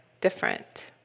different